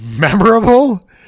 Memorable